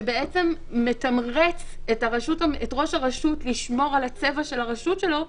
שבעצם מתמרץ את ראש הרשות לשמור על הצבע של הרשות שלו,